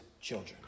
children